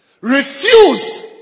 Refuse